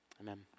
Amen